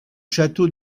château